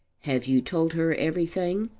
have you told her everything?